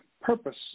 purpose